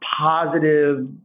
positive